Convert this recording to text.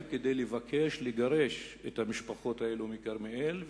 כדי לבקש לגרש את המשפחות האלה מכרמיאל,